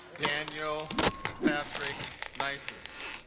daniel patrick nicest